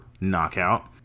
knockout